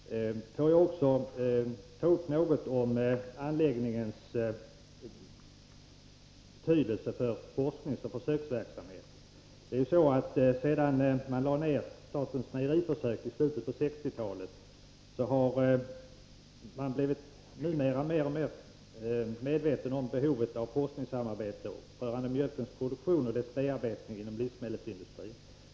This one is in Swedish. Herr talman! Jag skall be att få tacka jordbruksministern för den här kompletteringen av svaret. Jag vill också säga något om anläggningens betydelse för forskningsoch försöksverksamhet. Sedan statens mejeriförsök lades ner i slutet av 1960 talet har man blivit mer och mer medveten om behovet av forskningssamarbete rörande mjölkens produktion och mjölkens bearbetning inom livsmedelsindustrin.